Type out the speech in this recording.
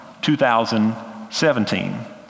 2017